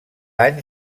any